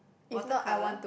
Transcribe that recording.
watercolour